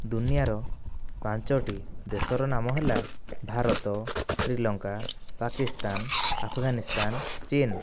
ଦୁନିଆର ପାଞ୍ଚଟି ଦେଶର ନାମ ହେଲା ଭାରତ ଶ୍ରୀଲଙ୍କା ପାକିସ୍ତାନ ଆଫ୍ଗାନିସ୍ତାନ ଚୀନ